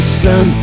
sun